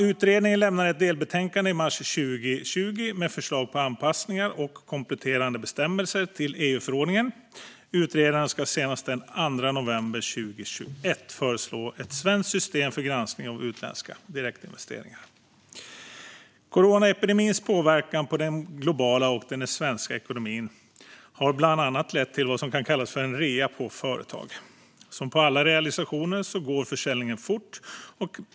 Utredningen lämnade ett delbetänkande i mars 2020 med förslag på anpassningar av och kompletterande bestämmelser till EU-förordningen. Utredaren ska senast den 2 november 2021 föreslå ett svenskt system för granskning av utländska direktinvesteringar. Coronaepidemins påverkan på både den globala och den svenska ekonomin har bland annat lett till vad som kan kallas för en rea på företag. Som på alla realisationer går försäljningen fort.